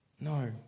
No